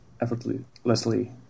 effortlessly